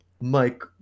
Mike